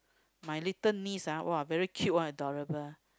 my little niece ah !wah! very cute one adorable